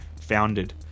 founded